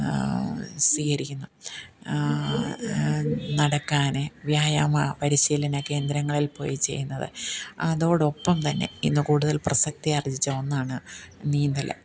സ്വീകരിക്കുന്നു നടക്കാൻ വ്യായാമ പരിശീലനകേന്ദ്രങ്ങളിൽ പോയി ചെയ്യുന്നത് അതോടൊപ്പം തന്നെ ഇന്ന് കൂടുതൽ പ്രസക്തി ആർജിച്ച ഒന്നാണ് നീന്തൽ